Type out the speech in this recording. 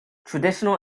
traditional